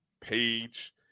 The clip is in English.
page